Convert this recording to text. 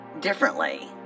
differently